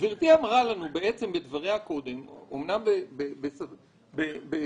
אמנם גברתי אמרה לנו קודם דברים בשפה שקטה,